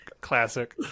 classic